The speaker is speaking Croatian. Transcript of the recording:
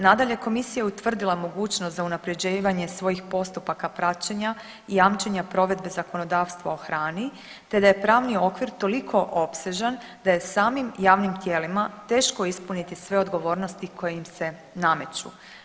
Nadalje Komisija je utvrdila mogućnost za unapređivanje svojih postupaka praćenja i jamčenja provedbe zakonodavstva o hrani, te da je pravni okvir toliko opsežan da je samim javnim tijelima teško ispuniti sve odgovornosti koje im se nameću.